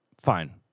Fine